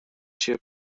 się